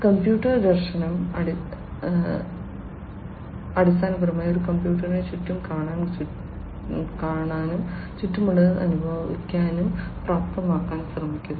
computer ദർശനം അടിസ്ഥാനപരമായി ഒരു കമ്പ്യൂട്ടറിനെ ചുറ്റും കാണാനും ചുറ്റും കാണാനും ചുറ്റുമുള്ളത് അനുഭവിക്കാനും പ്രാപ്തമാക്കാൻ ശ്രമിക്കുന്നു